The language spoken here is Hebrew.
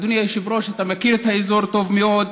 אדוני היושב-ראש, אתה מכיר את האזור טוב מאוד.